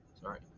sorry